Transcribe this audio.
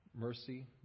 mercy